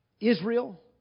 Israel